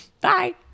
Bye